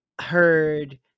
heard